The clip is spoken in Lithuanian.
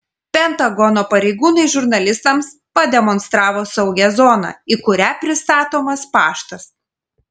pentagono pareigūnai žurnalistams pademonstravo saugią zoną į kurią pristatomas paštas